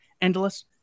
endless